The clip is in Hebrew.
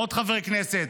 עוד חברי כנסת,